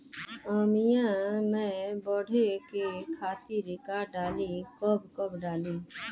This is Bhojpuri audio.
आमिया मैं बढ़े के खातिर का डाली कब कब डाली?